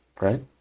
right